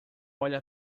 olha